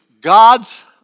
God's